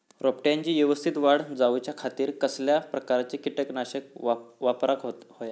रोपट्याची यवस्तित वाढ जाऊच्या खातीर कसल्या प्रकारचा किटकनाशक वापराक होया?